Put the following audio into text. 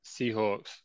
Seahawks